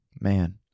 man